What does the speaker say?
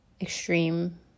extreme